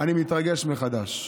אני מתרגש מחדש.